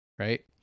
right